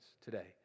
today